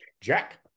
Jack